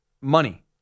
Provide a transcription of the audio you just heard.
money